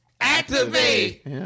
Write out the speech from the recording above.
Activate